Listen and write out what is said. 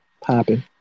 Popping